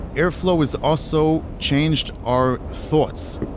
airflow has also changed our thoughts.